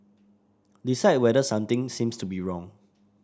decide whether something seems to be wrong